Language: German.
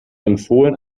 empfohlen